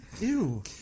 Ew